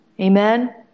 Amen